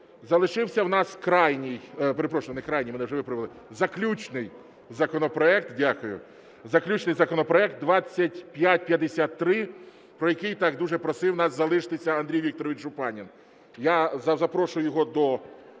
залишився у нас крайній… Перепрошую, не крайній, мене вже виправили, заключний законопроект 2553, про який так дуже просив нас залишитися Андрій Вікторович Жупанин. Я запрошую його до